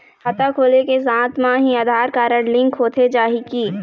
खाता खोले के साथ म ही आधार कारड लिंक होथे जाही की?